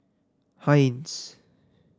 Heinz